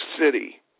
City